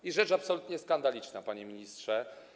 I rzecz absolutnie skandaliczna, panie ministrze.